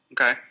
Okay